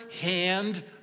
hand